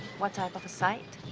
what type of a site?